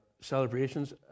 celebrations